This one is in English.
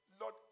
Lord